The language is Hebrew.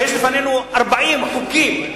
כשיש לפנינו 40 חוקים,